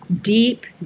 Deep